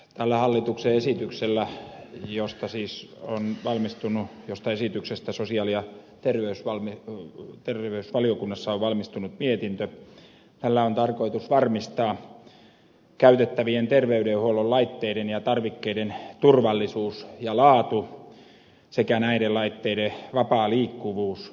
tällä hallituksen esityksellä josta sosiaali ja terveysvaliokunnassa on valmistunut mietintö on tarkoitus varmistaa käytettävien terveydenhuollon laitteiden ja tarvikkeiden turvallisuus ja laatu sekä näiden laitteiden vapaa liikkuvuus